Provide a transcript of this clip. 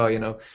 ah you know,